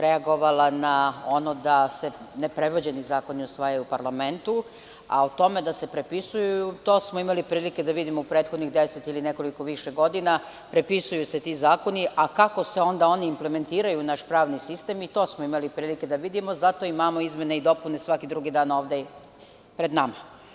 Reagovala sam na ono da se ne prevođeni zakoni usvajaju u parlamentu, a u tome da se prepisuju to smo imali prilike da vidimo u prethodnih 10 ili nekoliko više godina, prepisuju se ti zakoni, a kako se onda oni implementiraju u naš pravni sistem, i to smo imali prilike da vidimo, zato i imamo izmene i dopune svaki drugi dan je ovde pred nama.